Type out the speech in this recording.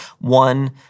one